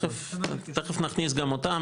תיכף נכניס גם אותם,